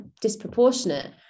disproportionate